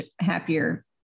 happier